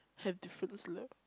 have difference leh